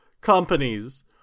companies